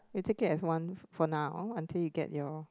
you take it as one for now until you get your